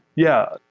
yeah.